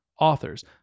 authors